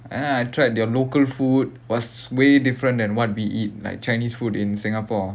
and then tried their local food was way different than what we eat like chinese food in singapore